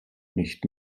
nicht